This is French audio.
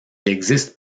existe